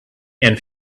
and